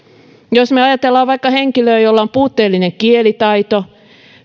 jos me ajattelemme vaikka henkilöä jolla on puutteellinen kielitaito